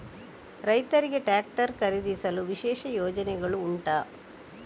ರೈತರಿಗೆ ಟ್ರಾಕ್ಟರ್ ಖರೀದಿಸಲು ವಿಶೇಷ ಯೋಜನೆಗಳು ಉಂಟಾ?